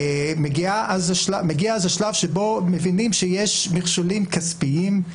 מגיע אז השלב שבו מבינים שיש מכשולים כספיים,